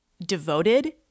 devoted